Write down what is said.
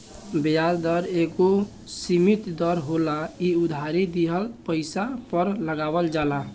ब्याज दर एगो सीमित दर होला इ उधारी दिहल पइसा पर लगावल जाला